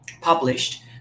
published